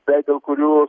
bet dėl kurių